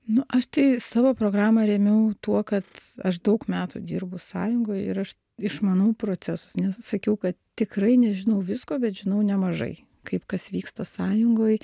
nu aš tai savo programą rėmiau tuo kad aš daug metų dirbu sąjungoj ir aš išmanau procesus nes sakiau kad tikrai nežinau visko bet žinau nemažai kaip kas vyksta sąjungoj